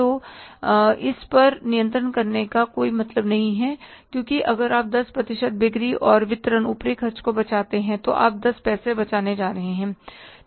तो इस पर नियंत्रण करने का कोई मतलब नहीं है क्योंकि अगर आप 10 प्रतिशत बिक्री और वितरण ऊपरी खर्चे को बचाते हैं तो आप 10 पैसे बचाने जा रहे हैं